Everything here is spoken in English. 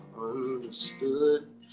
understood